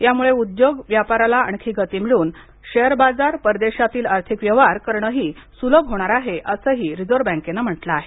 यामुळे उद्योग व्यापाराला आणखी गती मिळून शेअर बाजार परदेशातील आर्थिक व्यवहार करणही सुलभ होईल अस रिझर्व्ह बँकेन म्हंटल आहे